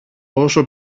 όσο